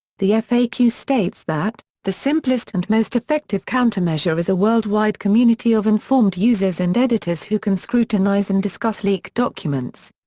the faq states that the simplest and most effective countermeasure is a worldwide community of informed users and editors who can scrutinise and discuss leaked documents.